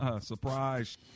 Surprise